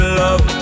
love